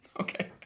okay